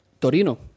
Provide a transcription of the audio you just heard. Torino